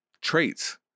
traits